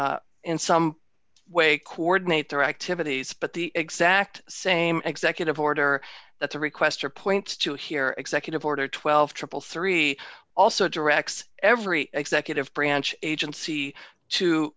does in some way coordinate their activities but the exact same executive order that the requestor point to here executive order twelve triple three also directs every executive branch agency to